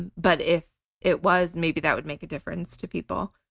but if it was, maybe that would make a difference to people.